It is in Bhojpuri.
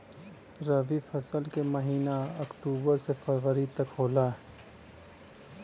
रवी फसल क महिना अक्टूबर से फरवरी तक होला